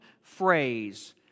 phrase